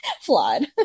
flawed